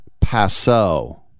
Passo